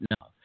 no